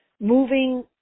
moving